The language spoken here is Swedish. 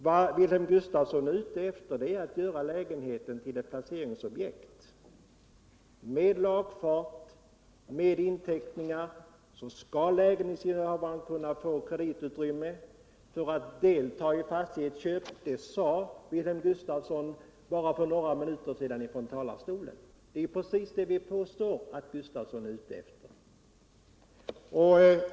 Vad Wilhelm Gustafsson är ute efter är nämligen att göra lägenheten till ett placeringsobjekt. Med lagfart och med inteckningar skall lägenhetsinnehavaren kunna få kreditutrymme för att dela i fastighetsköp — det sade Wilhelm Gustafsson för bara några minuter sedan från kammarens talarstol, och det är precis vad vi påstår att Wilhelm Gustafsson är ute efter.